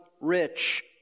rich